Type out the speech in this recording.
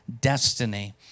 destiny